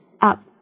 up